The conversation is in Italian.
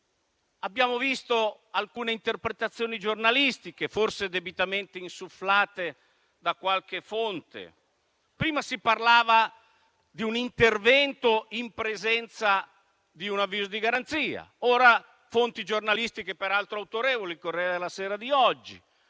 Abbiamo letto alcune interpretazioni giornalistiche, forse debitamente insufflate da qualche fonte: prima si parlava di un intervento in presenza di un avviso di garanzia, ora testate giornalistiche, peraltro autorevoli, come «Il Corriere della Sera» di oggi